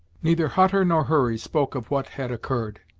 neither hutter nor hurry spoke of what had occurred.